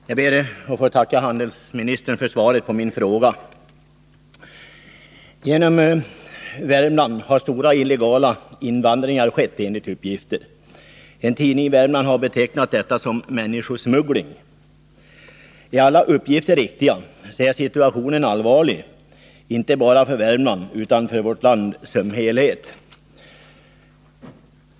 Herr talman! Jag ber att få tacka handelsministern för svaret på min fråga. Enligt uppgift har en stor illegal invandring skett till Värmland. En tidning i Värmland har betecknat det som människosmuggling. Om alla uppgifter är riktiga, är situationen allvarlig, inte bara för Värmland utan för vårt land som helhet.